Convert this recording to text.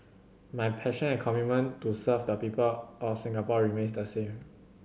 my passion and commitment to serve the people of Singapore remains the same